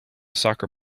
soccer